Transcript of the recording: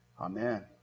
Amen